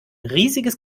riesiges